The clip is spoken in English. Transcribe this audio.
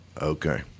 Okay